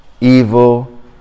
evil